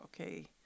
okay